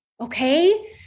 okay